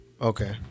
Okay